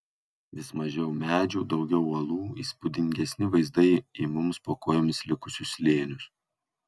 vis mažiau medžių daugiau uolų įspūdingesni vaizdai į mums po kojomis likusius slėnius